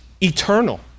eternal